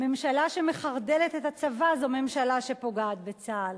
ממשלה ש"מחרדלת" את הצבא זו ממשלה שפוגעת בצה"ל,